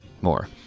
more